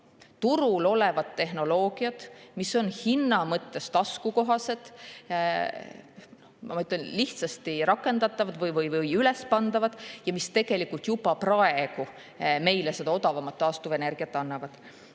turul olevad tehnoloogiad, mis on hinna mõttes taskukohased, ma mõtlen, lihtsasti rakendatavad või ülespandavad ja tegelikult juba praegu annavad meile seda odavamat taastuvenergiat.